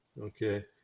okay